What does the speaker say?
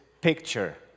picture